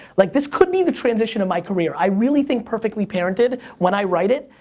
like, this could be the transition of my career. i really think perfectly parented, when i write it,